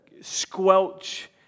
squelch